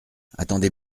attendez